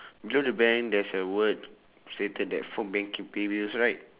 you know the bank there's a word stated that phone banking pay bills right